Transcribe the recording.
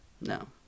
No